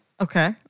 Okay